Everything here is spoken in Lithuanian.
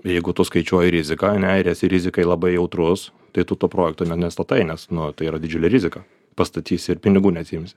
jeigu tu skaičiuoji riziką ane ir esi rizikai labai jautrus tai tu to projekto ne nestatai nes nu tai yra didžiulė rizika pastatysi ir pinigų neatsiimsi